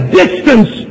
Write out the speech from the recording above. distance